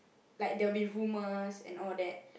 like there will be rumours and all that